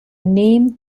name